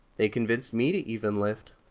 they convinced me to even lift.